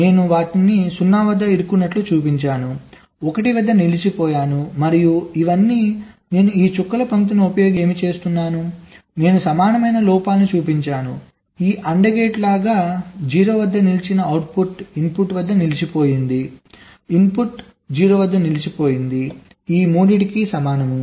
నేను వాటిని 0 వద్ద ఇరుక్కున్నట్లు చూపించాను 1 వద్ద నిలిచిపోయాను మరియు ఇవన్నీ నేను ఈ చుక్కల పంక్తులను ఉపయోగించి ఏమి చేస్తున్నాను నేను సమానమైన లోపాలను చూపించాను ఈ AND గేట్ లాగా 0 వద్ద నిలిచిన అవుట్పుట్ ఇన్పుట్ వద్ద నిలిచిపోయింది 0 ఇన్పుట్ 0 వద్ద నిలిచిపోయింది ఈ 3 సమానం